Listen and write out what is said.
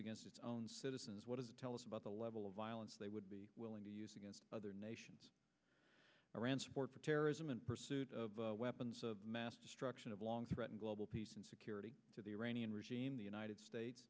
against its own citizens what does it tell us about the level of violence they would be willing to use against other nations around support for terrorism and pursuit of weapons of mass destruction of long threaten global peace and security to the iranian regime the united states